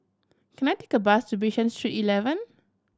can I take a bus to Bishan Street Eleven